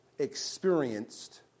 experienced